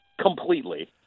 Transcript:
completely